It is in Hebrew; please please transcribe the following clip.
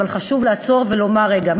אבל חשוב לעצור ולומר: רגע,